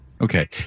Okay